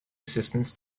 assistants